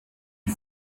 die